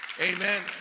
amen